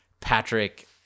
Patrick